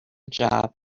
job